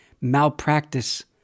malpractice